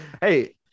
Hey